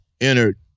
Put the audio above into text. entered